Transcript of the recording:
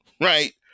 right